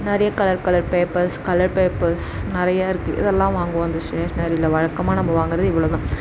நிறைய colour colour papers colour papers நிறையா இருக்குது இதெல்லாம் வாங்குவோம் அந்த ஸ்டேஷ்னரியில் வழக்கமாக நம்ம வாங்குகிறது இவ்வளோ தான்